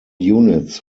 units